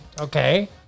Okay